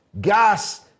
gas